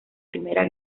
primera